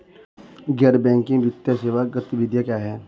गैर बैंकिंग वित्तीय सेवा गतिविधियाँ क्या हैं?